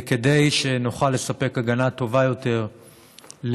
כדי שנוכל לספק הגנה טובה יותר לכל